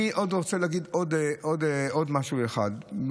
אני רוצה להגיד עוד משהו אחד: